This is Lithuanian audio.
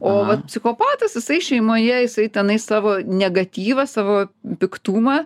o vat psichopatas jisai šeimoje jisai tenais savo negatyvą savo piktumą